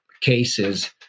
cases